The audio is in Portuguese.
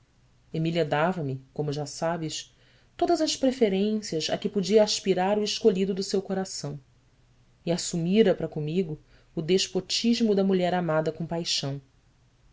emília dava-me como já sabes todas as preferências a que podia aspirar o escolhido do seu coração e assumira para comigo o despotismo da mulher amada com paixão